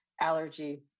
allergy